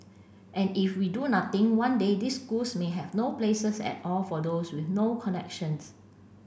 and if we do nothing one day these schools may have no places at all for those with no connections